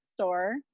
store